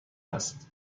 است